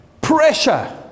pressure